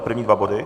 První dva body?